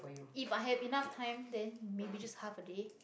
if i have enough time then maybe just half a day